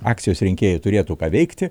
akcijos rinkėjai turėtų ką veikti